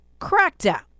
crackdown